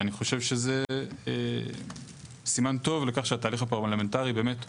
ואני חושב שזה סימן טוב לכך שהתהליך הפרלמנטרי באמת עובד.